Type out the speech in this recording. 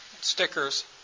Stickers